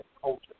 culture